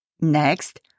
Next